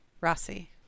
Rossi